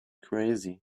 crazy